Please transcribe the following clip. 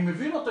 אני מבין אותו,